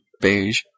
beige